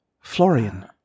Florian